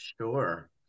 Sure